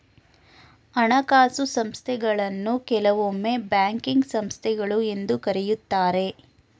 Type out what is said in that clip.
ಹಣಕಾಸು ಸಂಸ್ಥೆಗಳನ್ನು ಕೆಲವೊಮ್ಮೆ ಬ್ಯಾಂಕಿಂಗ್ ಸಂಸ್ಥೆಗಳು ಎಂದು ಕರೆಯುತ್ತಾರೆ